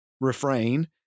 refrain